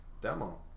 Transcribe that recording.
demo